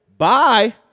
Bye